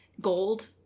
gold